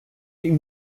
ihm